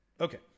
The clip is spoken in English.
Okay